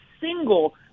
Single